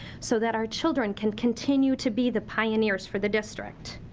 so that our children can continue to be the pioneers for the district.